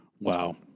Wow